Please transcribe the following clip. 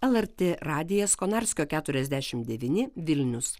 lrt radijas konarskio keturiasdešimt devyni vilnius